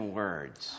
words